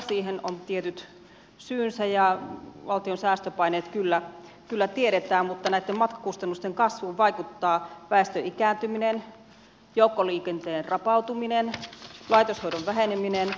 siihen on tietyt syynsä ja valtion säästöpaineet kyllä tiedetään mutta näitten matkakustannusten kasvuun vaikuttaa väestön ikääntyminen joukkoliikenteen rapautuminen ja laitoshoidon väheneminen